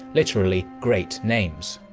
literally great names.